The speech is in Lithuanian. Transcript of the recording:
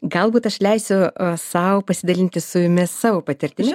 galbūt aš leisiu sau pasidalinti su jumis savo patirtimi